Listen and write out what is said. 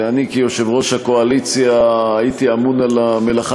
ואני כיושב-ראש הקואליציה הייתי אמון על המלאכה